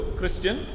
Christian